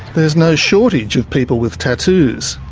there's no shortage of people with tattoos.